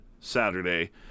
Saturday